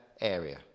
area